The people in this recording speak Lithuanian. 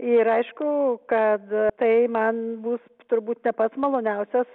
ir aišku kad tai man bus turbūt ne pats maloniausias